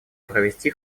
провести